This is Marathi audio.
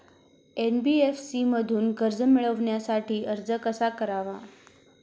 एन.बी.एफ.सी मधून कर्ज मिळवण्यासाठी अर्ज कसा करावा?